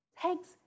takes